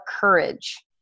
courage